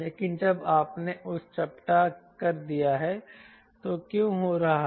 लेकिन जब आपने उसे चपटा कर दिया है तो क्या हो रहा है